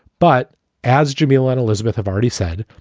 but as jamila and elizabeth have already said,